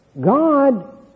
God